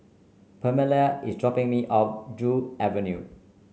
Pamelia is dropping me off Joo Avenue